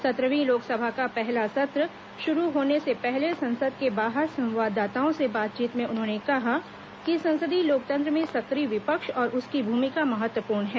सत्रहवीं लोकसभा का पहला सत्र शुरू होने से पहले संसद के बाहर संवाददाताओं से बातचीत में उन्होंने कहा कि संसदीय लोकतंत्र में सक्रिय विपक्ष और उसकी भूमिका महत्वपूर्ण है